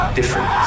different